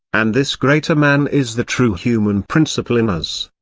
and this greater man is the true human principle in us.